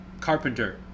carpenter